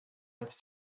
als